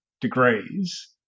degrees